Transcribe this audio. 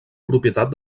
propietat